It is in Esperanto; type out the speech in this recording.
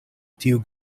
tiu